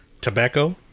tobacco